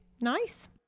nice